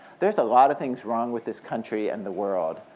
there's a lot of things wrong with this country and the world,